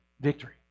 victory